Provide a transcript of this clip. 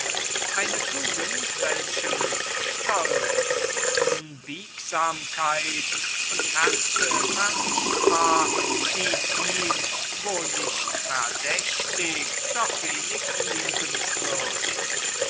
eine tugend welche mit stolz unbiegsamkeit und austerität vermischt war schien ihm wo nicht verdächtig doch wenig liebenswürdig